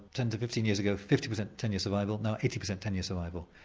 ten to fifteen years ago, fifty percent ten year survival, now eighty percent ten year survival.